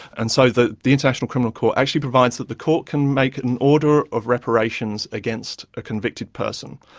and so the the international criminal court actually provides that the court can make an order of reparations against a convicted person.